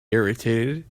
irritated